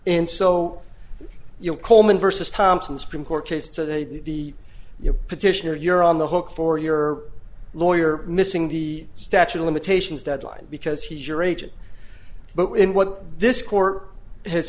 and so your coleman versus thompson supreme court case to the your petitioner you're on the hook for your lawyer missing the statute of limitations deadline because he's your agent but when what this court has